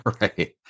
Right